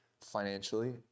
financially